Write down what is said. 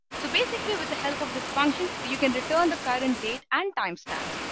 so basically with the help of this function, you can return the current date and time stamp.